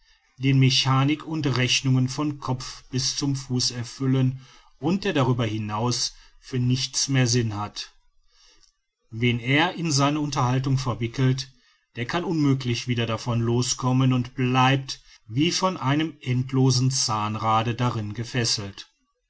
den mechanik und rechnungen von kopf bis zum fuß erfüllen und der darüber hinaus für nichts mehr sinn hat wen er in seine unterhaltung verwickelt der kann unmöglich wieder davon loskommen und bleibt wie von einem endlosen zahnrade darin gefesselt